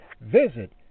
Visit